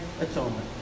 atonement